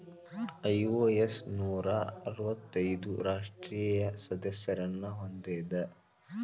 IOS ನೂರಾ ಅರ್ವತ್ತೈದು ರಾಷ್ಟ್ರೇಯ ಸದಸ್ಯರನ್ನ ಹೊಂದೇದ